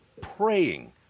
praying